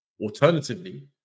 Alternatively